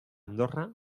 andorra